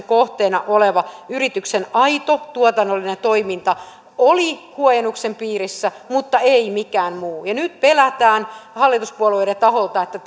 kohteena oleva yrityksen aito tuotannollinen toiminta oli huojennuksen piirissä mutta ei mikään muu nyt pelätään hallituspuolueiden taholta että